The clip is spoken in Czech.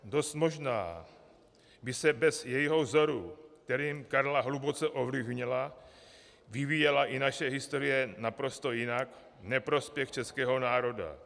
Dost možná by se bez jejího vzoru, kterým Karla hluboce ovlivnila, vyvíjela i naše historie naprosto jinak, v neprospěch českého národa.